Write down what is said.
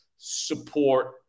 support